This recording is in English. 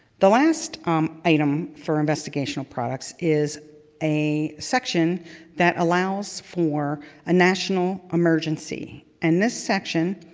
the last um item for investigational products is a section that allows for a national emergency. and this section